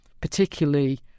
particularly